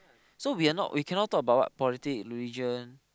so we're not we cannot talk about what politic religion